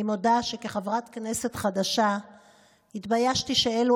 אני מודה שכחברת כנסת חדשה התביישתי שאלו